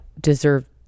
deserve